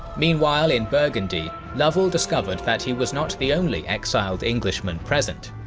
meanwhile in burgundy, lovell discovered that he was not the only exiled englishman present.